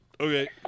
Okay